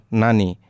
nani